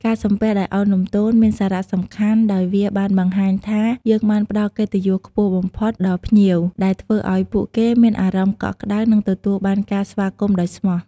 ការសំពះដោយឱនលំទោនមានសារៈសំខាន់ដោយវាបានបង្ហាញថា យើងបានផ្តល់កិត្តិយសខ្ពស់បំផុតដល់ភ្ញៀវ ដែលធ្វើឲ្យពួកគេមានអារម្មណ៍កក់ក្តៅ និងទទួលបានការស្វាគមន៍ដោយស្មោះ។